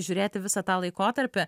žiūrėti visą tą laikotarpį